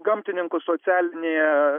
gamtininkų socialinėje